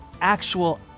actual